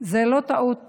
זה לא טעות חשבונאית,